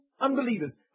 unbelievers